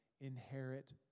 inherit